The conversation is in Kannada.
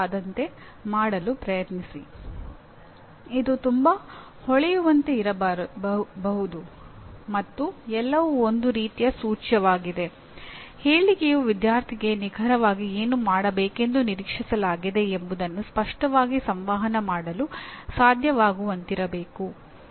ಆದರೆ ಕೆಲವು ಅರ್ಥದಲ್ಲಿ ಅವುಗಳನ್ನು ಈಗಾಗಲೇ ಪರಿಹರಿಸಲಾಗಿದೆ ಮತ್ತು ಮಾನ್ಯತೆ ನೀಡುವ ಏಜೆನ್ಸಿಯಿಂದ ವ್ಯಾಖ್ಯಾನಿಸಲಾದ ಪ್ರೋಗ್ರಾಮ್ ಪರಿಣಾಮಗಳ ಗುಂಪಿಗೆ ಅನುವಾದಿಸಲಾಗುತ್ತದೆ